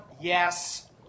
Yes